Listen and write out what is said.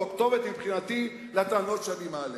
הוא הכתובת מבחינתי לטענות שאני מעלה,